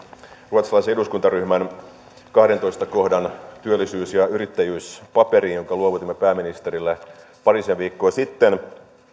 ruotsalaisen eduskuntaryhmän kahdennentoista kohdan työllisyys ja yrittäjyyspaperiin jonka luovutimme pääministerille parisen viikkoa sitten